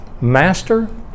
master